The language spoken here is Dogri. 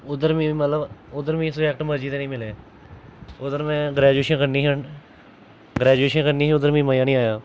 उद्धर मीं मतलब उद्धर मीं सब्जेक्ट मर्जी दे नि मिले उद्धर में ग्रेजुएशन करनी ही ग्रेजुएशन करनी ही उद्धर मी मजा नी आया